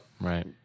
Right